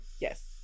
Yes